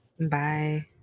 Bye